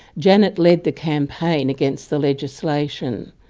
janet led the campaign against the legislation.